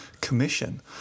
Commission